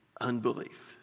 unbelief